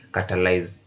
Catalyze